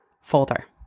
folder